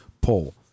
poll